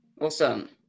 awesome